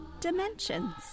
dimensions